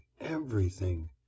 everything